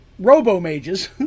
robo-mages